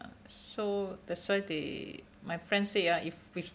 so that's why they my friend say ah if if